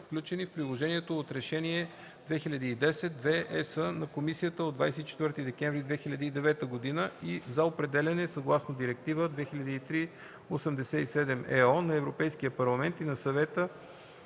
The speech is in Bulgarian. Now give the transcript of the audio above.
в приложението от Решение 2010/2/ЕС на Комисията от 24 декември 2009 г. за определяне, съгласно Директива 2003/87/ЕО на Европейския парламент и на Съвета,